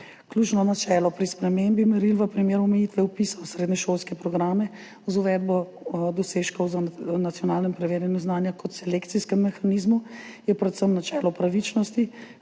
Ključno načelo pri spremembi meril v primeru omejitve vpisa v srednješolske programe z uvedbo dosežkov na nacionalnem preverjanju znanja kot selekcijskem mehanizmu je predvsem načelo pravičnosti.